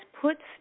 puts